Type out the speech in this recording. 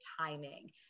timing